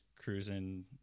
cruising